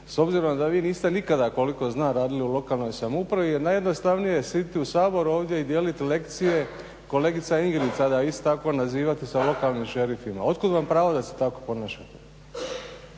s obzirom da vi niste nikada koliko znam radili u lokalnoj samoupravi jer najjednostavnije je sjediti u Saboru ovdje i dijeliti lekcije. Kolegica Ingrid isto tako nazivati … lokalnim šerifima. Otkud vam pravo da se tako ponašate?